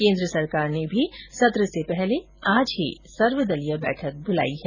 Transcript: केन्द्र सरकार ने भी सत्र से पहले आज ही सर्वदलीय बैठक बुलाई है